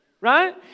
right